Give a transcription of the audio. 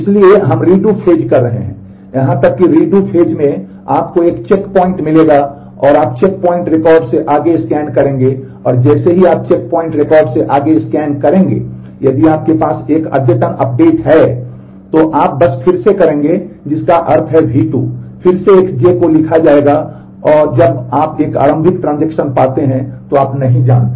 इसलिए हम रीडू पाते हैं तो आप नहीं जानते